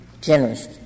generous